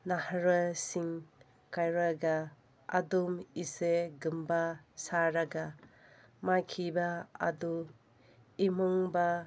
ꯅꯍꯥꯔꯣꯜꯁꯤꯡ ꯈꯔꯒ ꯑꯗꯨꯝ ꯏꯁꯩꯒꯨꯝꯕ ꯁꯥꯔꯒ ꯃꯥꯡꯈꯤꯕ ꯑꯗꯨ ꯏꯃꯨꯡꯕ